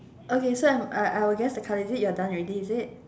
okay so I'm uh I will guess the card is it you done already is it